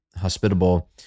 hospitable